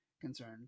concerned